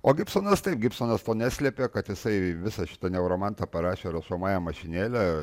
o gibsonas taip gibsonas neslėpė kad jisai visą šitą neuromantą parašė rašomąja mašinėle